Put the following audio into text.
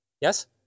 Yes